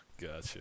Gotcha